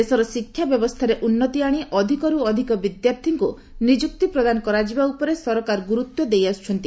ଦେଶର ଶିକ୍ଷା ବ୍ୟବସ୍ଥାରେ ଉନ୍ନତି ଆଣି ଅଧିକରୁ ଅଧିକ ବିଦ୍ୟାର୍ଥୀଙ୍କୁ ନିଯୁକ୍ତି ପ୍ରଦାନ କରାଯିବା ଉପରେ ସରକାର ଗୁରୁତ୍ୱ ଦେଇ ଆସୁଛନ୍ତି